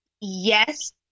yes